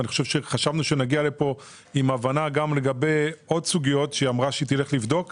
וחשבנו שנגיע לפה עם הבנה לגבי עוד סוגיות שהיא אמרה שהיא תבדוק אותן: